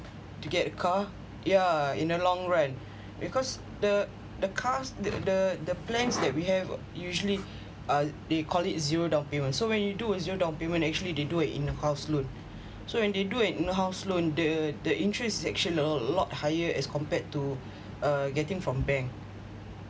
to get a car yeah in the long run because the the car the the the plans that we have usually uh they call it zero down payment so when you do a zero down payment actually they do it in house loan so when they do it in house loan the interest is actually a lot higher as compared to uh getting from bank